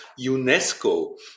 UNESCO